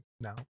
now